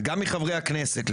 וגם מחברי הכנסת,